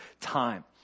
time